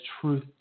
truth